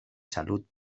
salut